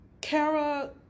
Kara